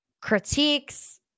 critiques